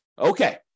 Okay